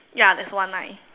ya there's one line